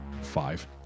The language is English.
Five